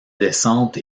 descente